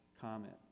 comment